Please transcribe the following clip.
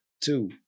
Two